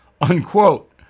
unquote